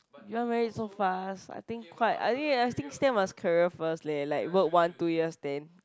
you want married so fast I think quite I think I still think still must career first leh like work one two years then